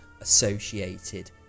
associated